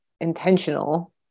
intentional